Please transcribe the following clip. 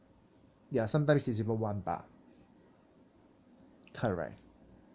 ya sometimes is even one bar correct